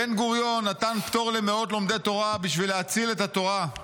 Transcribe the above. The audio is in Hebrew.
בן-גוריון נתן פטור למאות לומדי תורה בשביל להציל את התורה.